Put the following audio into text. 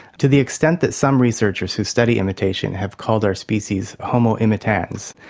to the extent that some researchers who study imitation have called our species homo imitans,